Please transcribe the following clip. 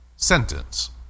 sentence